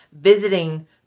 visiting